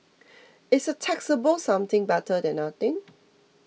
is a taxable something better than nothing